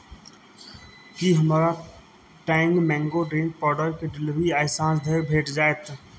की हमरा Tang mango drink पाउडरके delivery आइ साँझ धरि भेटि जायत